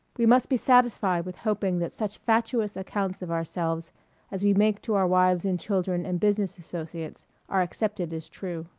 we must be satisfied with hoping that such fatuous accounts of ourselves as we make to our wives and children and business associates are accepted as true.